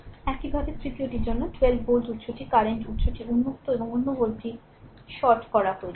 একইভাবে তৃতীয়টির জন্য 12 ভোল্ট উত্সটি কারেন্ট উৎসটি উন্মুক্ত এবং অন্য ভোল্টটি short করা হয়েছে